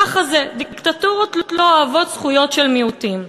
ככה זה, דיקטטורות לא אוהבות זכויות של מיעוטים.